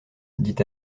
dit